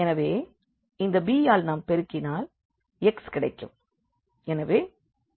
எனவே இந்த b ஆல் நாம் பெருக்கினால் x கிடைக்கும்